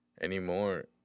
anymore